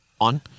On